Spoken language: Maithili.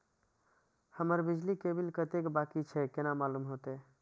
हमर बिजली के बिल कतेक बाकी छे केना मालूम होते?